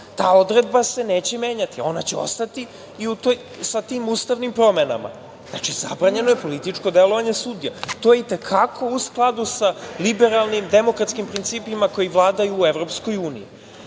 ta odredba se neće menjati. Ona će ostati sa tim ustavnim promenama. Znači, zabranjeno je političko delovanje sudija. To je i te kako u skladu sa liberalnim, demokratskim principima koji vladaju u EU.Takođe, sudije